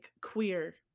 queer